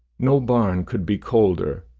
no barn could be colder,